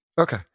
Okay